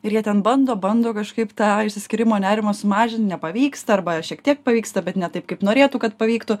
ir jie ten bando bando kažkaip tą išsiskyrimo nerimą mažint nepavyksta arba šiek tiek pavyksta bet ne taip kaip norėtų kad pavyktų